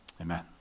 amen